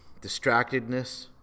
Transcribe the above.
distractedness